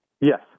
Yes